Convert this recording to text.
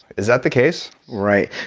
is that the case? right.